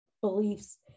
beliefs